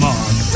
Mark